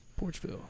Porchville